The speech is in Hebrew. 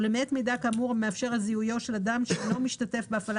ולמעט מידע כאמור המאפשר את זיהויו של אדם שאינו משתתף בהפעלה